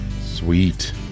Sweet